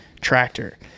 tractor